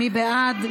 מי בעד?